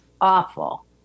Awful